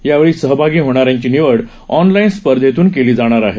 यावेळी सहभागी होणाऱ्यांची निवड ऑनलाईन स्पर्धतून केली जाणार आहे